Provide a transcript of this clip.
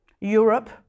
Europe